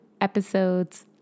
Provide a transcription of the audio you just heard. episodes